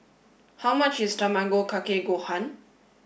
how much is Tamago Kake Gohan